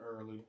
early